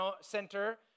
Center